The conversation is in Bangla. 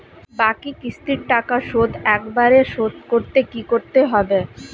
বাকি কিস্তির টাকা শোধ একবারে শোধ করতে কি করতে হবে?